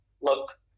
look